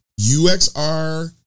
UXR